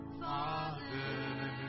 Father